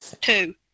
Two